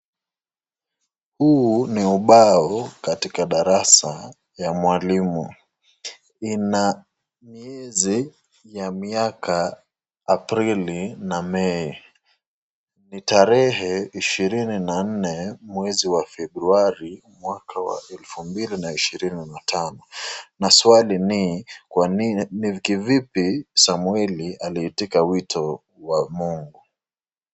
Huu ni ubao katika darasa ya mwalimu. Ina miezi ya miaka Aprili na Mei. Ni tarehe ishirini na nne mwezi wa Februari mwaka wa elfu mbili ishirini na tano. Na swali ni, ni kivipi Samweli aliitika wito wa Mungu.